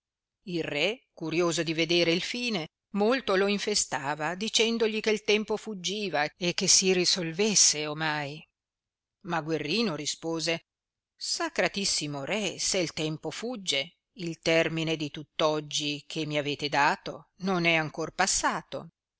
il re curioso di vedere il fine molto lo infestava dicendogli che tempo fuggiva e che si risolvesse ornai ma guerrino rispose sacratissimo re se il tempo fugge il termine di tutt oggi che mi avete dato non è ancor passato